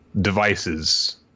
devices